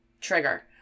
trigger